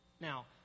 Now